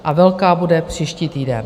A velká bude příští týden.